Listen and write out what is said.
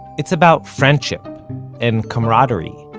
it's about friendship and camaraderie.